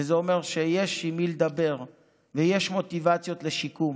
וזה אומר שיש עם מי לדבר ויש מוטיבציות לשיקום.